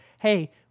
Hey